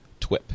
twip